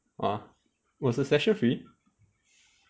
ah was the session free